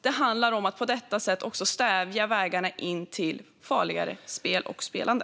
Det handlar om att minska vägarna in i farligare spel och spelande.